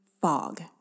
fog